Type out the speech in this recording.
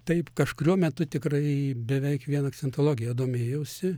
taip kažkuriuo metu tikrai beveik vien akcentologija domėjausi